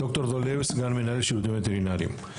ד"ר דולב, סגן מנהל שירותים וטרינריים.